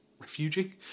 refugee